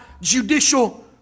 judicial